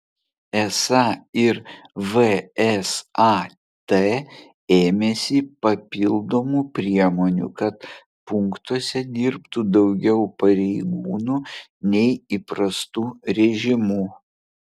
esą ir vsat ėmėsi papildomų priemonių kad punktuose dirbtų daugiau pareigūnų nei įprastu režimu